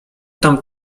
tam